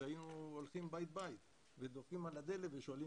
שהיינו הולכים בית בית ודופקים על הדלת ושואלים